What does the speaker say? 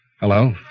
Hello